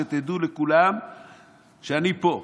שתדעו כולם שאני פה,